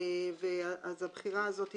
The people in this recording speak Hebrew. הבחירה הזאת,